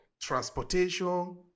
transportation